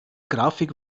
grafik